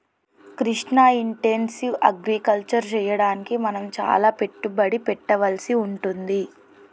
Krishna intensive agriculture చెయ్యడానికి మనం చాల పెట్టుబడి పెట్టవలసి వుంటది